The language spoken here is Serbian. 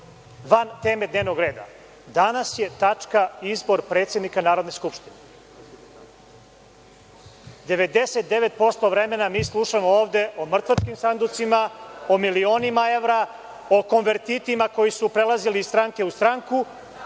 van teme dnevnog reda. Danas je tačka Izbor predsednika Narodne skupštine, 99% vremena mi slušamo ovde o mrtvačkim sanducima, o milionima evra, o konvertitima koji su prelazili iz stranke u stranku,